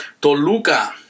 Toluca